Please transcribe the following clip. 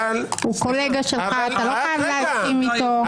הוא קולגה שלך, אתה לא חייב להסכים איתו.